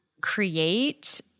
create